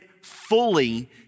fully